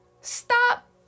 stop